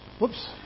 Whoops